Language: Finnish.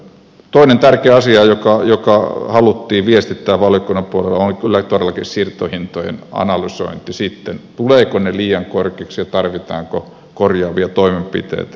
toinen tärkeä asia joka haluttiin viestittää valiokunnan puolella oli kyllä sitten todellakin siirtohintojen analysointi tulevatko ne liian korkeiksi ja tarvitaanko korjaavia toimenpiteitä